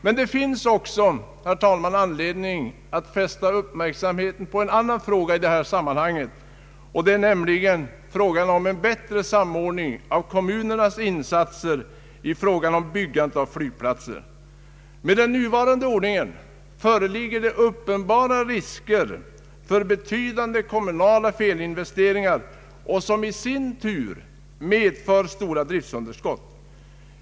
Men det finns också, herr talman, i samband med detta anledning att fästa uppmärksamheten på behovet av en bättre samordning av kommunernas insatser i fråga om byggandet av flygplatser. Med den nuvarande ordningen föreligger uppenbara risker för betydande kommunala <felinvesteringar, som i sin tur kan medföra stora driftsunderskott.